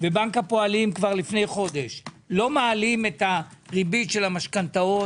ובנק הפועלים כבר לפני חודש לא מעלים את הריבית של המשכנתאות.